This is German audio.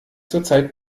zurzeit